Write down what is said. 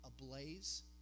ablaze